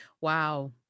Wow